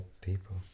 people